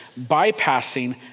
bypassing